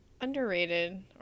underrated